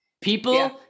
People